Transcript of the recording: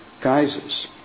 guises